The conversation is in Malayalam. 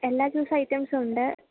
എല്ലാ ജ്യൂസ് ഐറ്റംസ് ഉണ്ട്